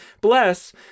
bless